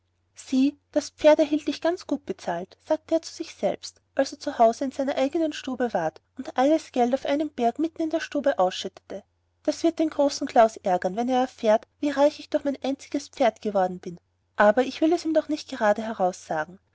sieh das pferd erhielt ich ganz gut bezahlt sagte er zu sich selbst als er zu hause in seiner eigenen stube war und alles geld auf einen berg mitten in der stube ausschüttete das wird den großen klaus ärgern wenn er erfährt wie reich ich durch mein einziges pferd geworden bin aber ich will es ihm doch nicht gerade heraus sagen